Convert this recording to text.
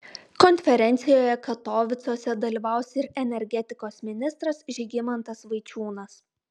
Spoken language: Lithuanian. konferencijoje katovicuose dalyvaus ir energetikos ministras žygimantas vaičiūnas